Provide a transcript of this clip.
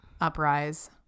uprise